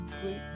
great